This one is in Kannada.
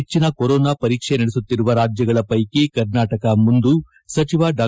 ಹೆಚ್ಚಿನ ಕೊರೋನಾ ಪರೀಕ್ಷೆ ನಡೆಸುತ್ತಿರುವ ರಾಜ್ಜಗಳ ಪೈಕಿ ಕರ್ನಾಟಕ ಮುಂದು ಸಚಿವ ಡಾ